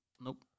Nope